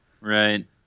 Right